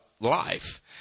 life